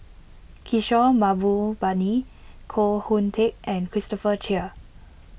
Kishore Mahbubani Koh Hoon Teck and Christopher Chia